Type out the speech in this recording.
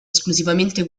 esclusivamente